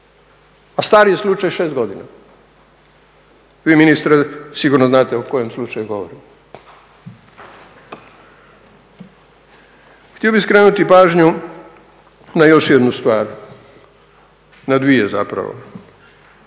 a star je slučaj 6 godina. Vi ministre sigurno znate o kojem slučaju govorim. Htio bih skrenuti pažnju na još jednu stvar, na dvije zapravo.